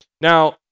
Now